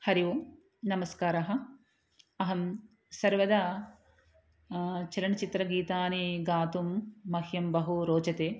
हरिः ओम् नमस्कारः अहं सर्वदा चलनचित्रगीतानि गातुं मह्यं बहु रोचते